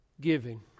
giving